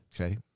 Okay